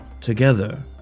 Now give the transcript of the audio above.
together